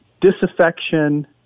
disaffection